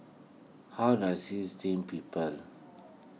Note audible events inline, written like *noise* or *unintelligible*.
how *unintelligible* is Steamed Garoupa